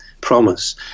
promise